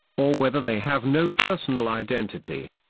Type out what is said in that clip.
or whether they have no personal identity.